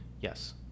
Yes